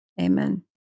Amen